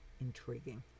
intriguing